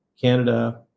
Canada